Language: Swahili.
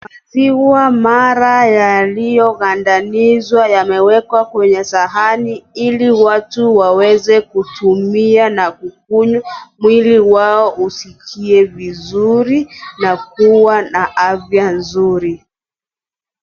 Maziwa mala yaliyogandanishwa yamewekwa kwenye sahani ili watu waweze kutumia na kukunywa, mwili wao usikie vizuri na kuwa na afya nzuri.